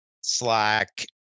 Slack